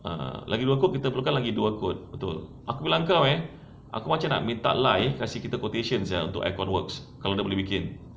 ah lagi dua quote kita perlukan lagi dua quote untuk aku bilang kau eh aku macam nak minta lye kasih kita quotation sia untuk aircon works kalau dia boleh bikin